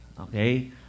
Okay